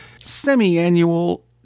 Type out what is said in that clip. semi-annual